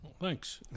Thanks